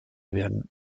werden